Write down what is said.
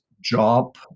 job